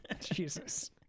Jesus